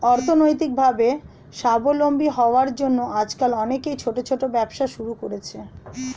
অর্থনৈতিকভাবে স্বাবলম্বী হওয়ার জন্য আজকাল অনেকেই ছোট ছোট ব্যবসা শুরু করছে